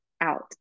out